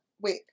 Wait